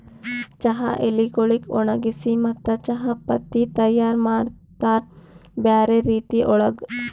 ಚಹಾ ಎಲಿಗೊಳಿಗ್ ಒಣಗಿಸಿ ಮತ್ತ ಚಹಾ ಪತ್ತಿ ತೈಯಾರ್ ಮಾಡ್ತಾರ್ ಬ್ಯಾರೆ ರೀತಿ ಒಳಗ್